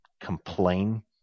complain